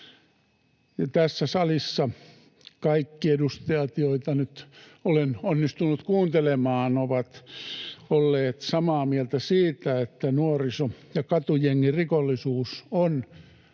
Tässä salissa kaikki edustajat, joita nyt olen onnistunut kuuntelemaan, ovat olleet samaa mieltä siitä, että nuoriso‑ ja katujengirikollisuus on vakava